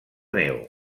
neu